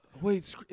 Wait